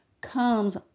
comes